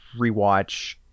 rewatch